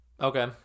Okay